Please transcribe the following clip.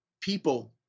people